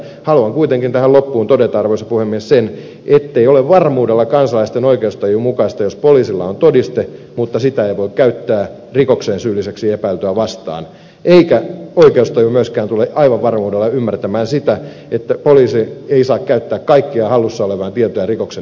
haluan kuitenkin tähän loppuun todeta arvoisa puhemies sen ettei ole varmuudella kansalaisten oikeustajun mukaista jos poliisilla on todiste mutta sitä ei voi käyttää rikokseen syylliseksi epäiltyä vastaan eikä oikeustaju myöskään tule aivan varmuudella ymmärtämään sitä että poliisi ei saa käyttää kaikkia hallussaan olevia tietoja rikoksen estämiseksi